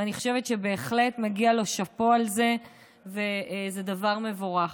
ואני חושבת שבהחלט מגיע לו שאפו על זה וזה דבר מבורך.